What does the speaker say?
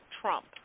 Trump